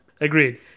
Agreed